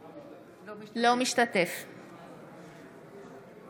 אינו משתתף בהצבעה